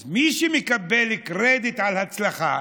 אז מי שמקבל קרדיט על הצלחה